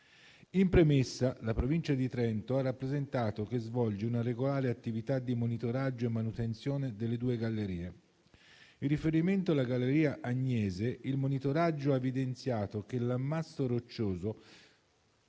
In premessa, la Provincia di Trento ha rappresentato che svolge una regolare attività di monitoraggio e manutenzione delle due gallerie. In riferimento alla galleria Agnese, il monitoraggio ha evidenziato che l'ammasso roccioso,